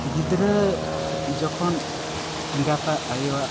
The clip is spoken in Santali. ᱜᱤᱫᱽᱨᱟᱹ ᱡᱚᱠᱷᱚᱱ ᱮᱸᱜᱟᱛᱟᱜ ᱟᱭᱳᱣᱟᱜ